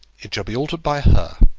it shall be altered by her.